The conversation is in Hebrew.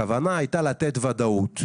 הכוונה הייתה לתת ודאות.